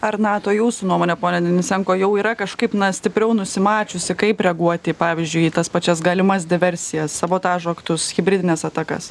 ar nato jūsų nuomone pone denisenko jau yra kažkaip na stipriau nusimačiusi kaip reaguoti pavyzdžiui į tas pačias galimas diversijas sabotažo aktus hibridines atakas